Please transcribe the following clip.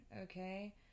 okay